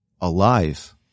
alive